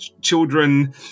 children